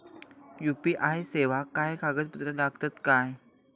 UPI सेवाक काय कागदपत्र लागतत काय?